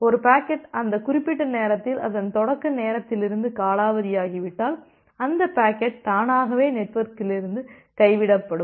ஒரு பாக்கெட் அந்த குறிப்பிட்ட நேரத்தில் அதன் தொடக்க நேரத்திலிருந்து காலாவதியாகிவிட்டால் அந்த பாக்கெட் தானாகவே நெட்வொர்க்கிலிருந்து கைவிடப்படும்